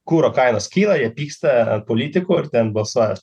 kuro kainos kyla jie pyksta ant politikų ar ten balsuoja